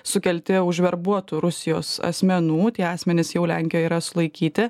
sukelti užverbuotų rusijos asmenų tie asmenys jau lenkijoj yra sulaikyti